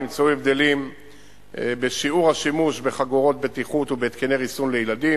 נמצאו הבדלים בשיעור השימוש בחגורות בטיחות ובהתקני ריסון לילדים,